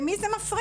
למי זה מפריע?